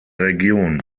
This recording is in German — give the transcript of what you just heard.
region